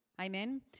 Amen